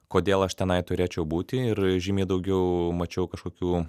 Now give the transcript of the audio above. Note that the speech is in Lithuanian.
kodėl aš tenai turėčiau būti ir žymiai daugiau mačiau kažkokių